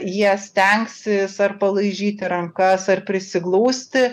jie stengsis ar palaižyti rankas ar prisiglausti